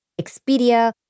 Expedia